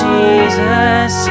Jesus